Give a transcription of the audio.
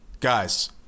Guys